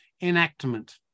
enactment